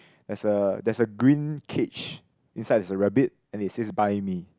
there's a there's a green cage inside there's a rabbit and it says buy me